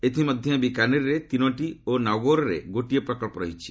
ଏଥିମଧ୍ୟରେ ବିକାନିରରେ ତିନୋଟି ଓ ନାଗୌରରେ ଗୋଟିଏ ପ୍ରକଳ୍ପ ରହିଛି